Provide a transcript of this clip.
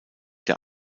der